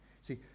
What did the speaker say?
See